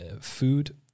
food